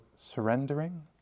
surrendering